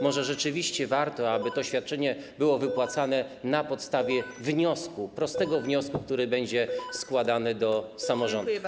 Może rzeczywiście warto, aby to świadczenie było wypłacane na podstawie wniosku, prostego wniosku, który będzie składany do samorządów.